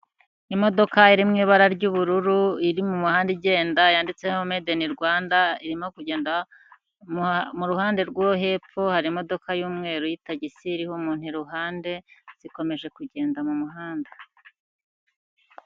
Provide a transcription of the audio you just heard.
Imodoka iri mu ibara ry'ubururu iri mu muhanda igenda yanditseho made in Rwanda, irimo kugenda mu ruhande rwo hepfo hari imodoka y'umweru y'itagisi iriho umuntu iruhande, zikomeje kugenda mu muhanda.